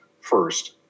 first